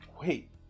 wait